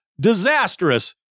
disastrous